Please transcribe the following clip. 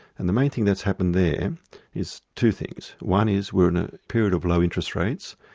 and the main thing that's happened there is two things one is we're in a period of low interest rates,